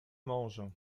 mange